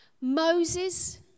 Moses